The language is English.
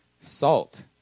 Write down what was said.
Salt